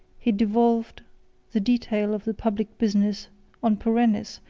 he devolved the detail of the public business on perennis,